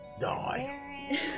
Die